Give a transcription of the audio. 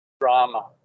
drama